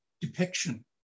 depiction